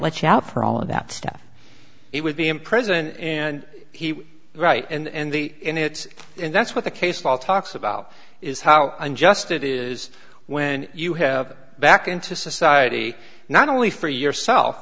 let you out for all of that stuff it would be in prison and he was right and the end it and that's what the case law talks about is how unjust it is when you have back into society not only for yourself